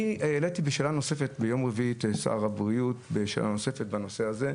אני פניתי לשר הבריאות בשאלה נוספת בנושא הזה,